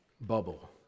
bubble